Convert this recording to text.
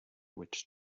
which